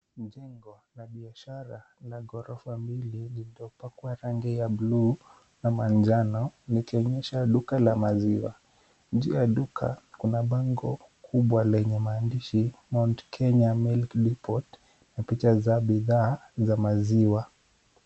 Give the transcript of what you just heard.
Jengo la biashara la ghorofa mbili lililopakwa rangi ya blue na manjano likionyesha duka la maziwa. Nje ya duka kuna bango kubwa lenye maandishi Mt. Kenya milk depot na picha za bidhaa za maziwa.